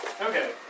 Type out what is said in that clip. Okay